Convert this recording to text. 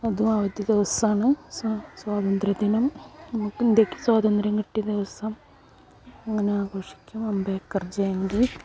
അതും അവധി ദിവസമാണ് സ്വാതന്ത്ര്യദിനം നമുക്ക് ഇന്ത്യക്ക് സ്വാതന്ത്ര്യം കിട്ടിയ ദിവസം അങ്ങനെ ആഘോഷിക്കും അംബേദ്കർ ജയന്തി